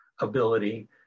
ability